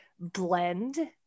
blend